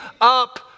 up